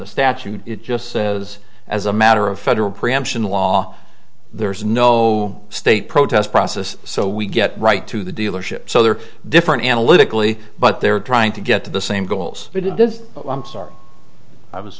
the statute it just says as a matter of federal preemption law there is no state protest process so we get right to the dealership so they are different analytically but they're trying to get to the same goals but it does i'm sorry i was